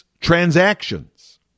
transactions